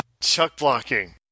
Chuck-blocking